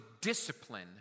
discipline